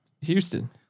Houston